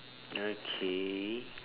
okay